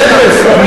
לא באפס,